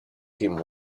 him